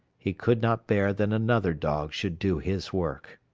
he could not bear that another dog should do his work.